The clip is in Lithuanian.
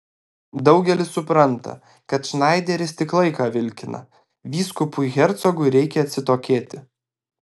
daugelis supranta kad šnaideris tik laiką vilkina vyskupui hercogui reikia atsitokėti